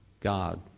God